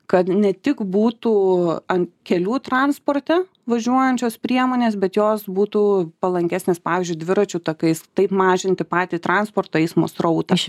kad ne tik būtų ant kelių transporte važiuojančios priemonės bet jos būtų palankesnės pavyzdžiui dviračių takais taip mažinti patį transporto eismo srautą